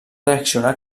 reaccionar